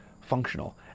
functional